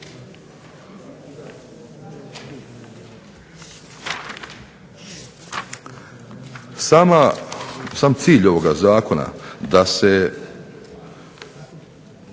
Sam cilj ovoga zakona da se